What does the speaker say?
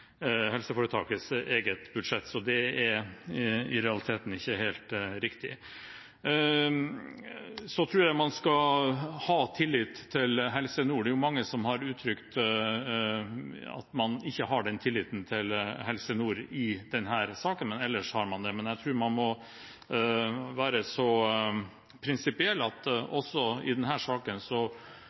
helseforetakets eget budsjett. Så det er i realiteten ikke helt riktig. Jeg tror man skal ha tillit til Helse Nord. Det er mange som har uttrykt at man ikke har den tilliten til Helse Nord i denne saken, men ellers har man det. Men jeg tror man må være så prinsipiell at man også i denne saken